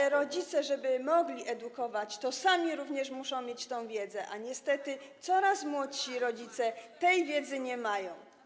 Ale rodzice, żeby mogli edukować, sami również muszą mieć tę wiedzę, a niestety coraz młodsi rodzice tej wiedzy nie mają.